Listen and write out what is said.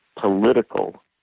political